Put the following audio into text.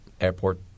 airport